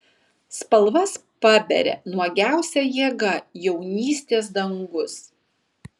spalvas paberia nuogiausia jėga jaunystės dangus